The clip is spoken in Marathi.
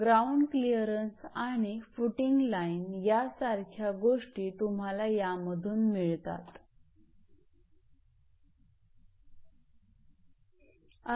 ग्राउंड क्लिअरन्स आणि फुटिंग लाईन यासारख्या काही गोष्टी तुम्हाला यामधून मिळतात